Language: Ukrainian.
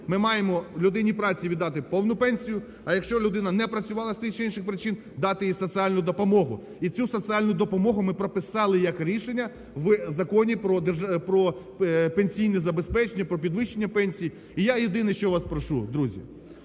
Ми маємо людині праці віддати повну працю, а якщо людина не працювала з тих чи інших причин, дати їй соціальну допомогу. І цю соціальну допомогу ми прописали як рішення в Законі про пенсійне забезпечення, про підвищення пенсій. І я, єдине, що вас прошу. Друзі,